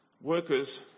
workers